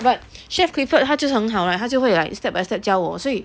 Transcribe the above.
but chef clifford 他就是很好 right 他就会 step by step 教我所以